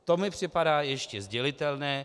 To mi připadá ještě sdělitelné.